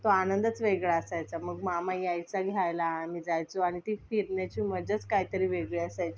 तो आनंदच वेगळा असायचा मग मामा यायचा घ्यायला आम्ही जायचो आणि ती फिरण्याची मज्जाच काहीतरी वेगळी असायची